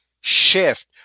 shift